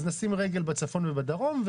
אז נשים רגל בצפון ובדרום,